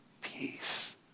peace